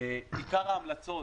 עיקר ההמלצות,